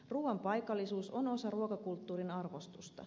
ruuan paikallisuus on osa ruokakulttuurin arvostusta